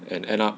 and end up